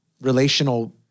relational